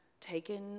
taken